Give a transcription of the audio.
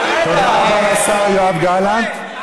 לדחות את ההצעה.